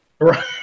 Right